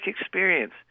experience